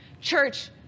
Church